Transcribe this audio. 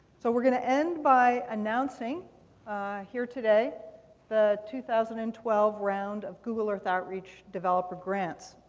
so we're going to end by announcing here today the two thousand and twelve round of google earth outreach developer grants.